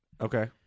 Okay